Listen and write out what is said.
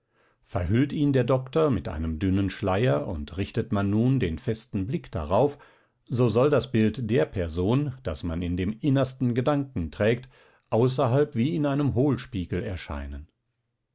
verhüllt ihn der doktor mit einem dünnen schleier und richtet man nun den festen blick darauf so soll das bild der person das man in dem innersten gedanken trägt außerhalb wie in einem hohlspiegel erscheinen